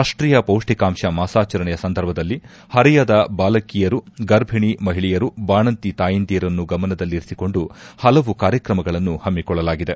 ರಾಷ್ಟೀಯ ಪೌಷ್ತಿಕಾಂಶ ಮಾಸಾಚರಣೆಯ ಸಂದರ್ಭದಲ್ಲಿ ಹರೆಯದ ಬಾಲಕಿಯರು ಗರ್ಭಿಣಿ ಮಹಿಳೆಯರು ಬಾಣಂತಿ ತಾಯಂದಿರನ್ನು ಗಮನದಲ್ಲಿರಿಸಿಕೊಂಡು ಹಲವು ಕಾರ್ಯಕ್ರಮಗಳನ್ನು ಹಮ್ಮಿಕೊಳ್ಳಲಾಗಿದೆ